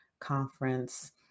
conference